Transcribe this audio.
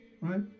Right